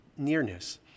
nearness